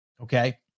Okay